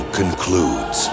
concludes